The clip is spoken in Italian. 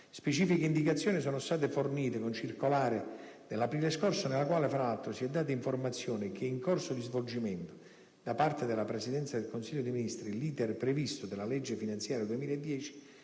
specifiche indicazioni sono state fornite con circolare dell'aprile scorso, nella quale, fra l'altro, si è data informazione che è in corso di svolgimento, da parte della Presidenza del Consiglio dei ministri, l'*iter* previsto dalla legge finanziaria 2010